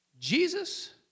Jesus